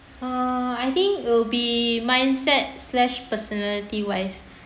uh I think will be mindset slash personality wise